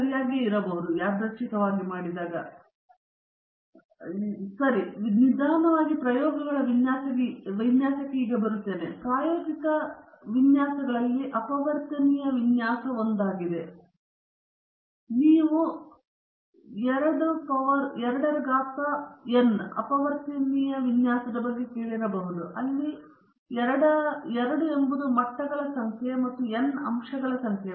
ಸರಿ ನಾವು ನಿಧಾನವಾಗಿ ಪ್ರಯೋಗಗಳ ವಿನ್ಯಾಸಕ್ಕೆ ಬರುತ್ತೇವೆ ಮತ್ತು ಪ್ರಮುಖ ಪ್ರಾಯೋಗಿಕ ವಿನ್ಯಾಸಗಳಲ್ಲಿ ಅಪವರ್ತನೀಯ ವಿನ್ಯಾಸ ಒಂದಾಗಿದೆ ನೀವು 2 ಪವರ್ n ಅಪವರ್ತನೀಯ ವಿನ್ಯಾಸದ ಬಗ್ಗೆ ಕೇಳಿರಬಹುದು ಅಲ್ಲಿ 2 ಎಂಬುದು ಮಟ್ಟಗಳ ಸಂಖ್ಯೆ ಮತ್ತು n ಅಂಶಗಳ ಸಂಖ್ಯೆ